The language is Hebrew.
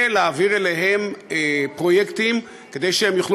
ולהעביר אליהן פרויקטים כדי שהן יוכלו